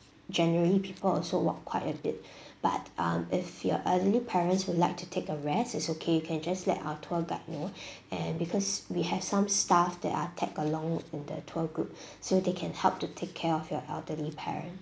generally people also walk quite a bit but um if your elderly parents would like to take a rest is okay you can just let our tour guide know and because we have some staff that are tag along in the tour group so they can help to take care of your elderly parent